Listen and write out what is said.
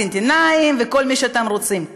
ארגנטינאים וכל מי שאתם רוצים?